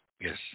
Yes